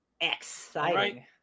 exciting